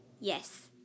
yes